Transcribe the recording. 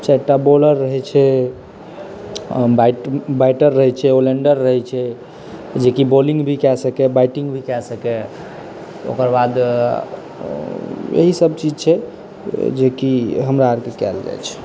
चारिटा बॉलर रहैत छै बैटर रहैत छै ऑलराउन्डर रहैत छै जेकि बॉलिंग भी कए सकए बैटिंग भी कए सकए ओकर बाद यहीसभ चीज छै जेकि हमरा आरकेँ कएल जाइत छै